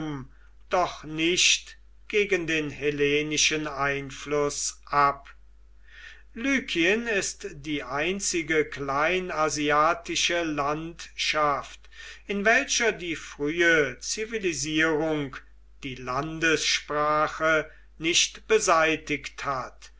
doch nicht gegen den hellenischen einfluß ab lykien ist die einzige kleinasiatische landschaft in welcher die frühe zivilisierung die landessprache nicht beseitigt hat